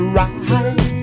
right